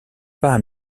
pas